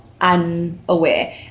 unaware